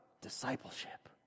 discipleship